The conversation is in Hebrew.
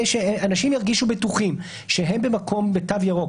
שאנשים ירגישו בטוחים שהם במקום בתו ירוק,